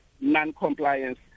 non-compliance